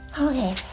Okay